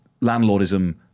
landlordism